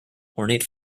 ornate